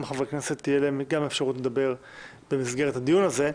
חברי כנסת תהיה גם אפשרות לדבר במסגרת הדיון הזה.